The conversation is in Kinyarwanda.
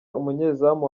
umunyezamu